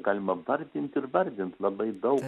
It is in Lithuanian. galima vardint ir vardint labai dau